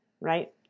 right